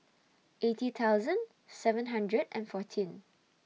eighty thousand seven hundred and fourteen